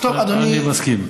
אז טוב, אדוני, אני מסכים.